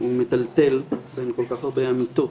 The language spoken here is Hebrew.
הוא מטלטל בין כל כך הרבה אמיתות.